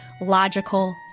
logical